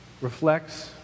reflects